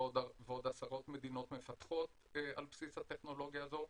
ועוד עשרות מדינות מפתחות על בסיס הטכנולוגיה הזאת.